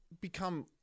become